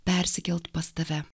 persikelt pas tave